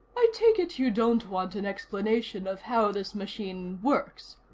i take it you don't want an explanation of how this machine works.